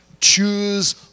choose